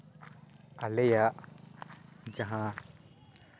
ᱟᱞᱮᱭᱟᱜ ᱡᱟᱦᱟᱸ